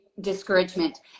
discouragement